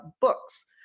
books